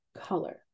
color